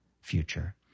future